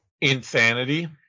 insanity